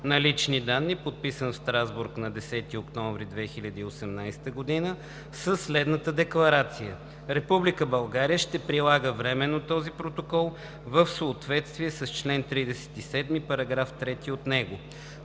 на лични данни, подписан в Страсбург на 10 октомври 2018 г., със следната декларация: „Република България ще прилага временно този Протокол в съответствие с член 37, параграф 3 от него.“